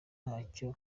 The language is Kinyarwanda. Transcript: ntacyo